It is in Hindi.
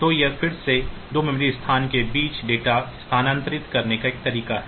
तो यह फिर से 2 मेमोरी स्थानों के बीच डेटा स्थानांतरित करने का एक तरीका है